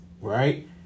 right